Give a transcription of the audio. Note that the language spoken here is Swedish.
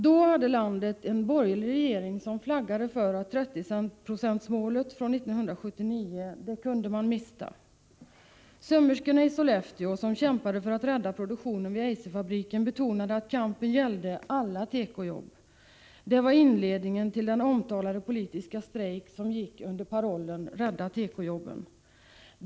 Då hade landet en borgerlig regering, som flaggade för att man kunde mista 30-procentsmålet från 1979. Sömmerskorna i Sollefteå, som kämpade för att rädda produktionen vid Eiserfabriken, betonade att kampen gällde alla tekojobb. Detta var inledningen till den omtalade politiska strejk som gick under parollen ”Rädda tekojobben!”.